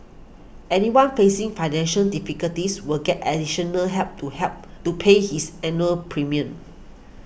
anyone facing financial difficulties will get additional help to help to pay his annual premium